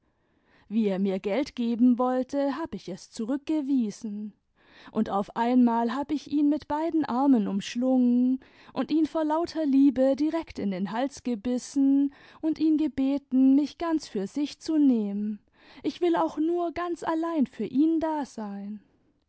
wie er mir geld geben wollte hab ich es zurckgewiesen und auf einmal hab ich ihn mit beiden armen umschlungen und ihn vor lauter liebe direkt in den hals gebissen imd ihn gebeten mich ganz für sich zu nehmen ich will auch nur ganz allein für ihn da sein